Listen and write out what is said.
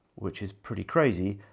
which is pretty crazy